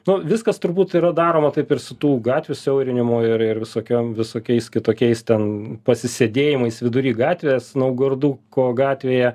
nu viskas turbūt yra daroma taip ir su tų gatvių siaurinimu ir ir visokiom visokiais kitokiais ten pasisėdėjimais vidury gatvės naugarduko gatvėje